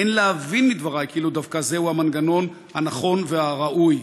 אין להבין מדברי כאילו דווקא זהו המנגנון הנכון והראוי".